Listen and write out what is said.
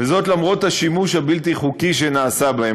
וזאת למרות השימוש הבלתי-חוקי שנעשה בהם.